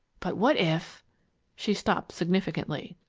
but what if she stopped significantly.